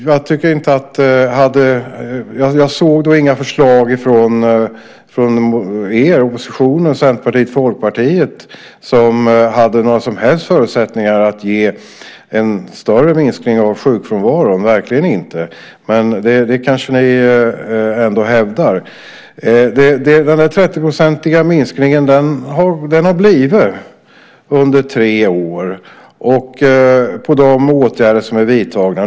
Jag såg då inga förslag från oppositionen, Centerpartiet och Folkpartiet, som hade några som helst förutsättningar att ge en större minskning av sjukfrånvaron, verkligen inte. Men det kanske ni ändå hävdar. Den 30-procentiga minskningen har skett under tre år beroende på de åtgärder som är vidtagna.